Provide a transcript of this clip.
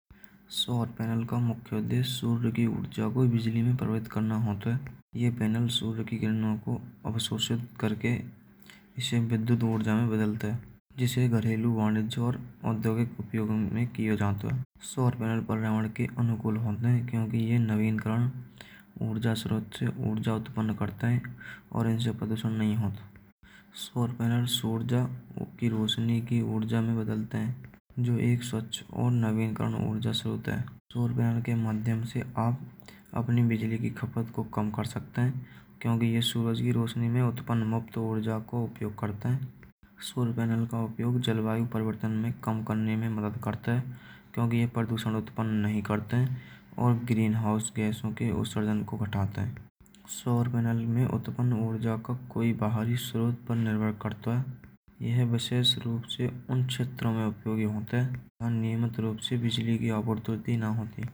सौर पैनल का मुख्यालय सूर्य ऊर्जा को बिजली में प्रवाहित करना हो तो यह पैनल सूर्य की किरणों को अवशोषित करके औद्योगिक उपयोग में किये जाते स्वर्ण पर्यावरण के अनुकूल्य। क्योंकि यह नवीनकरण और ऐसे प्रदर्शन नहीं हो की रोशनी की ऊर्जा में बदलते हैं जो एक स्वच्छ और नवीनकरण ऊर्जा से होता है। सौर पैनल के माध्यम से आप अपनी बिजली की खपत को कम कर सकते हैं। क्योंकि यह सूरज की रोशनी में उत्पन्न मुक्त ऊर्जा को उपयोग करते हैं। सूर्य पैनल का उपयोग जलवायु परिवर्तन में कम करने में मदद करता है। क्योंकि यह प्रदूषण उत्पन्न नहीं करते हैं और ग्रीन हाउस गैसों के उत्सर्जन को घटाते हैं। सौर मंडल में उत्पन्न ऊर्जा का कोई बहाली स्त्रोत पर निर्भर करता यह विशेष रूप से उन क्षेत्रों में आपको भी होता है नियमित रूप से बिजली की आपूर्ति न होती।